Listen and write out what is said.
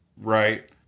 right